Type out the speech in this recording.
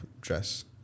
dress